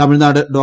Tamil Nadu Dr